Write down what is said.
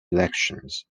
elections